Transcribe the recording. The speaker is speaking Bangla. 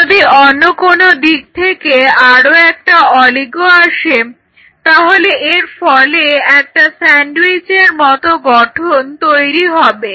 যদি অন্য কোনো দিক থেকে আরও একটা অলিগো আসে তাহলে এর ফলে একটা স্যান্ডউইচের মতো গঠন তৈরি হবে